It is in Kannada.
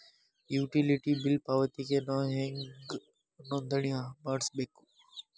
ಯುಟಿಲಿಟಿ ಬಿಲ್ ಪಾವತಿಗೆ ನಾ ಹೆಂಗ್ ನೋಂದಣಿ ಮಾಡ್ಸಬೇಕು?